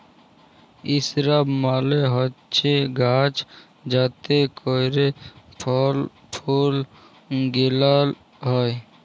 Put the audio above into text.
ইসরাব মালে হছে গাহাচ যাতে ক্যইরে ফল ফুল গেলাল হ্যয়